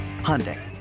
Hyundai